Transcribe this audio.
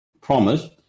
promised